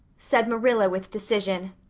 said marilla with decision.